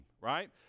right